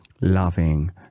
loving